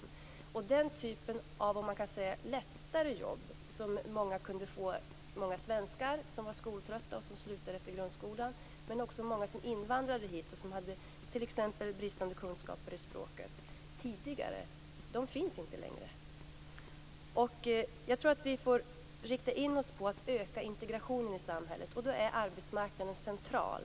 De s.k. lättare jobb som många skoltrötta svenskar eller invandrare med bristande kunskaper i det svenska språket tidigare kunde få finns inte längre. Vi får rikta in oss på att öka integrationen i samhället, och då är arbetsmarknaden central.